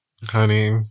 Honey